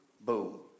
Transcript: boom